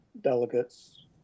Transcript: delegates